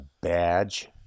badge